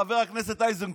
חבר הכנסת איזנקוט,